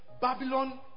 Babylon